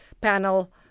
Panel